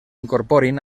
incorporin